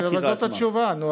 אבל זאת התשובה, נו.